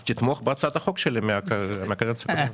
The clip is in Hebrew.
אז תתמוך בהצעת החוק שלי מן הקדנציה הקודמת.